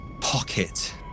pocket